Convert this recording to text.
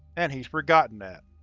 and he's forgotten that.